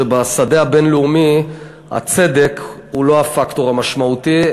שבשדה הבין-לאומי הצדק הוא לא הפקטור המשמעותי,